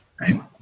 right